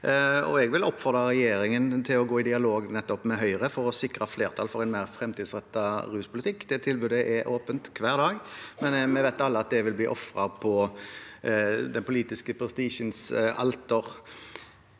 Jeg vil oppfordre regjeringen til å gå i dialog med nettopp Høyre for å sikre flertall for en mer fremtidsrettet ruspolitikk. Det tilbudet er åpent hver dag, men vi vet alle at det vil bli ofret på den politiske prestisjens alter.